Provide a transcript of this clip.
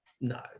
No